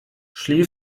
szli